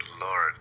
lord